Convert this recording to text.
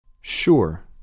Sure